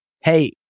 hey